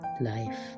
life